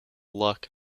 luck